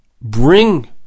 bring